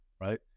right